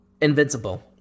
Invincible